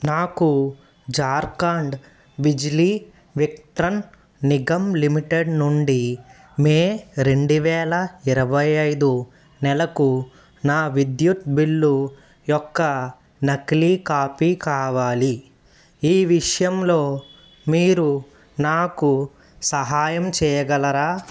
నాకు జార్ఖాండ్ బిజ్లీ వితరణ్ నిగమ్ లిమిటెడ్ నుండి మే రెండు వేల ఇరవై ఐదు నెలకు నా విద్యుత్ బిల్లు యొక్క నకిలీ కాపీ కావాలి ఈ విషయంలో మీరు నాకు సహాయం చెయ్యగలరా